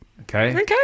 Okay